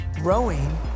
rowing